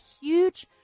huge